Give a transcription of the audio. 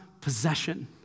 possession